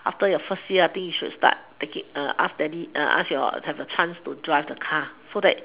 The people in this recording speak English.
after your first year I think you should start taking ask daddy ask your have a chance to drive the car so that